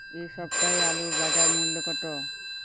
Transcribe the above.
এ সপ্তাহের আলুর বাজার মূল্য কত?